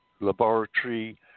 laboratory